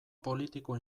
politiko